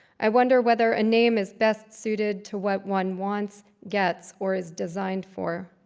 i wonder whether a name is best suited to what one wants, gets, or is designed for.